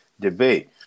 debate